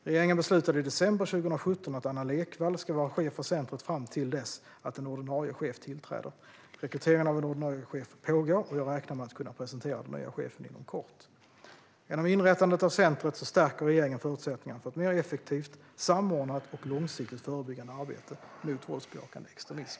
Regeringen beslutade i december 2017 att Anna Lekvall ska vara chef för centret fram till dess att en ordinarie chef tillträder. Rekrytering av en ordinarie chef pågår. Jag räknar med att kunna presentera den nya chefen inom kort. Genom inrättandet av centret stärker regeringen förutsättningarna för ett mer effektivt, samordnat och långsiktigt förebyggande arbete mot våldsbejakande extremism.